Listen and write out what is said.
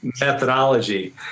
methodology